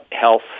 health